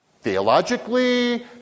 theologically